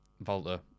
Volta